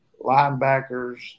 linebackers